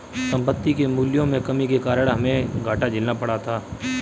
संपत्ति के मूल्यों में कमी के कारण हमे घाटा झेलना पड़ा था